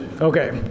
Okay